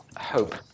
hope